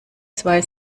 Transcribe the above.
zwei